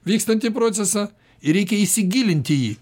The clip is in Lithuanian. vykstantį procesą ir reikia įsigilint į jį